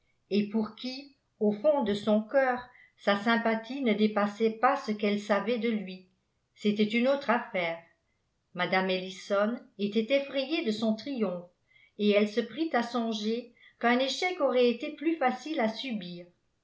et pour qui au fond de son cœur sa sympathie ne dépassait pas ce qu'elle savait de lui c'était une autre affaire mme ellison était effrayée de son triomphe et elle se prit à songer qu'un échec aurait été plus facile à subir